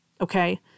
okay